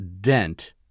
dent